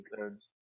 episodes